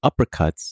uppercuts